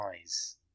eyes